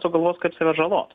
sugalvos kaip save žalot